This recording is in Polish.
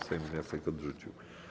Sejm wniosek odrzucił.